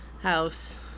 house